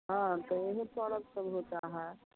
हाँ तो वह पर्व सब होता है